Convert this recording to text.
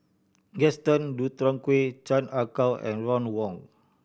Gaston Dutronquoy Chan Ah Kow and Ron Wong